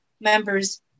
members